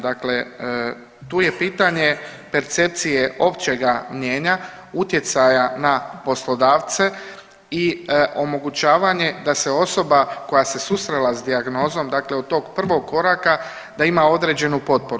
Dakle, tu je pitanje percepcije općega mnijenja utjecaja na poslodavce i omogućavanje da se osoba koja se susrela sa dijagnozom, dakle od tog prvog koraka da ima određenu potporu.